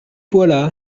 voilà